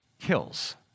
kills